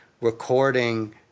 recording